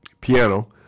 piano